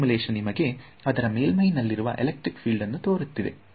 ಈ ಸಿಮುಲೇಶನ್ ನಿಮಗೆ ಅದರ ಮೇಲ್ಮೈ ನಲ್ಲಿರುವ ಎಲೆಕ್ಟ್ರಿಕ್ ಫಿಲ್ಡ್ ಅನ್ನು ತೋರಿಸುತ್ತಿದೆ